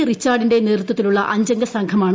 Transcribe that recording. റിച്ചാർഡിന്റെ നേതൃത്വത്തിലുള്ള അഞ്ച് അംഗ സംഘമാണ്